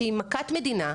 שהיא מכת מדינה,